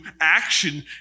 action